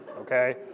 okay